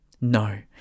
no